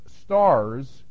stars